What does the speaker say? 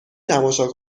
تماشا